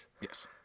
Yes